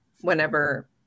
whenever